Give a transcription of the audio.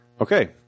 Okay